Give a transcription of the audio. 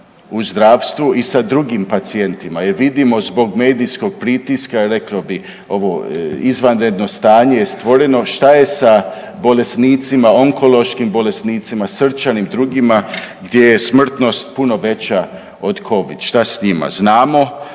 u zdravstvu i sa drugim pacijentima jer vidimo zbog medijskog pritiska reklo bi ovo izvanredno stanje je stvoreno šta je sa bolesnicima, onkološkim bolesnicima, srčanim, drugima, gdje je smrtnost puno veća od covid, šta s njima? Znamo